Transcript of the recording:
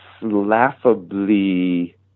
laughably